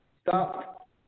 stop